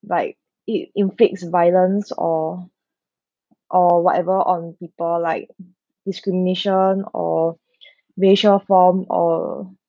like it inflicts violence or or whatever on people like discrimination or racial form or